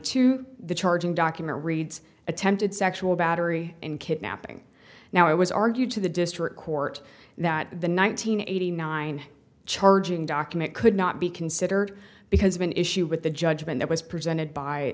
two the charging document reads attempted sexual battery and kidnapping now it was argued to the district court that the nine hundred eighty nine charging document could not be considered because of an issue with the judgment that was presented by